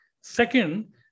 second